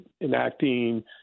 enacting